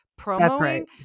promoing